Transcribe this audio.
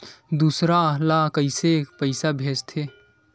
दूसरा ला कइसे पईसा भेजथे?